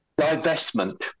divestment